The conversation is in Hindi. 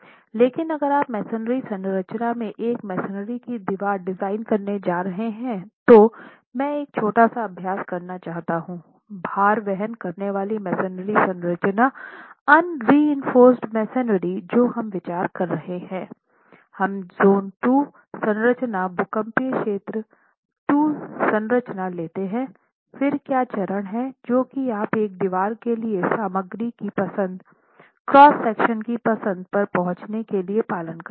लेकिन अगर आप मेसनरी संरचना में एक मेसनरी की दीवार डिज़ाइन करने जा रहे हैं तो तो मैं एक छोटा सा अभ्यास करना चाहता हूँ भार वहन करने वाली मेसनरी संरचना अनरिइनफोरसड मेसनरी जो हम विचार कर रहे हैं हम ज़ोन 2 संरचना भूकंपीय क्षेत्र 2 संरचना लेते हैं फिर क्या चरण हैं जो कि आप एक दीवार के लिए सामग्री की पसंद क्रॉस सेक्शन की पसंद पर पहुंचने के लिए पालन करेंगे